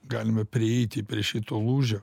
galime prieiti prie šito lūžio